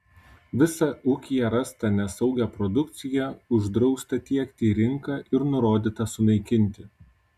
visą ūkyje rastą nesaugią produkciją uždrausta tiekti į rinką ir nurodyta sunaikinti